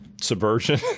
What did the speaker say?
subversion